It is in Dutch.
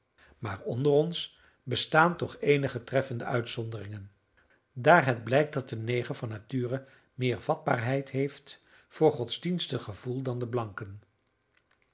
maar onder ons bestaan toch eenige treffende uitzonderingen daar het blijkt dat de neger van nature meer vatbaarheid heeft voor godsdienstig gevoel dan de blanke